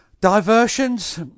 diversions